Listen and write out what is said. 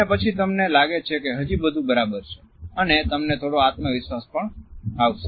અને પછી તમને લાગે છે કે હજી બધું બરાબર છે અને તમને થોડો આત્મવિશ્વાસ પણ આવશે